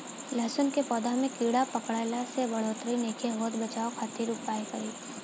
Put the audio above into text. लहसुन के पौधा में कीड़ा पकड़ला से बढ़ोतरी नईखे होत बचाव खातिर का उपाय करी?